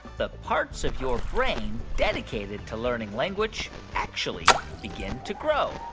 the parts of your brain dedicated to learning language actually begin to grow?